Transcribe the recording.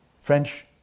French